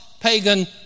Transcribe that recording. pagan